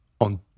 on